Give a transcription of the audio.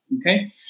Okay